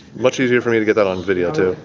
much easier for me to get that on video too.